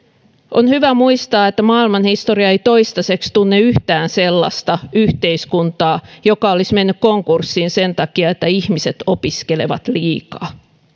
on hyvä muistaa että maailmanhistoria ei toistaiseksi tunne yhtään sellaista yhteiskuntaa joka olisi mennyt konkurssiin sen takia että ihmiset opiskelevat liikaa